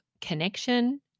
connection